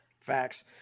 Facts